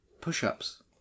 push-ups